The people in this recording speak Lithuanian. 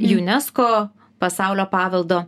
unesco pasaulio paveldo